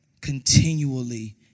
continually